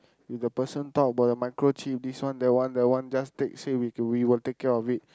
if the person talk about the microchip this one that one that one just take say we we will take care of it